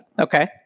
Okay